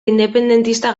independentista